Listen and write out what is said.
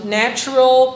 natural